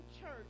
church